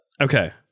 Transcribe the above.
Okay